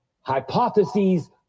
hypotheses